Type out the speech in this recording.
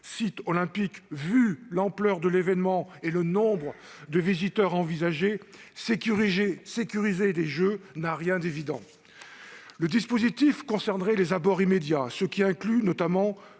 sites olympiques : au vu de l'ampleur de l'événement et du nombre de visiteurs, sécuriser les Jeux n'a rien d'évident. Le dispositif concernerait les abords immédiats, ce qui inclut notamment